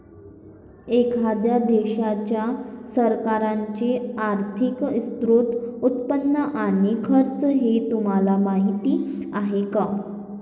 एखाद्या देशाच्या सरकारचे आर्थिक स्त्रोत, उत्पन्न आणि खर्च हे तुम्हाला माहीत आहे का